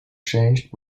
changed